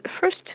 first